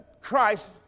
Christ